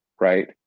Right